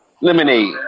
lemonade